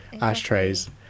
ashtrays